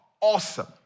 awesome